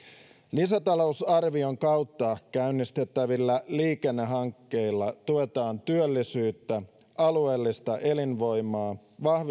lisätalousarvion kautta käynnistettävillä liikennehankkeilla tuetaan työllisyyttä alueellista elinvoimaa